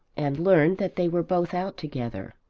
and learned that they were both out together.